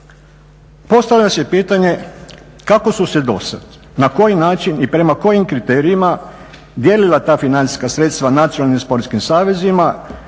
Postavlja se pitanje kako su se do sad, na koji način i prema kojim kriterijima dijelila ta financijska sredstva nacionalnim sportskim savezima